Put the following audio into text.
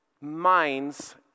minds